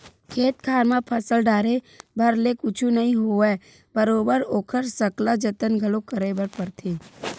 खेत खार म फसल डाले भर ले कुछु नइ होवय बरोबर ओखर सकला जतन घलो करे बर परथे